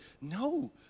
No